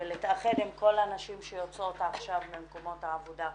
ולהתאחד עם כל הנשים שיוצאות עכשיו ממקומות העבודה.